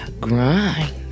grind